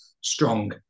strong